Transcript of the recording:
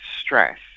stress